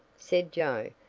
said joe,